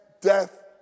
death